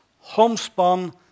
homespun